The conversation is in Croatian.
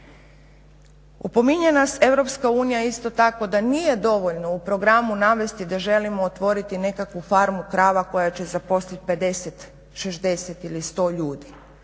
Opominje nas EU isto tako da nije dovoljno u programu navesti da želimo otvoriti nekakvu farmu krava koja će zaposliti 50, 60 ili 100 ljudi